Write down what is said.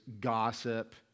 gossip